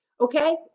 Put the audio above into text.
Okay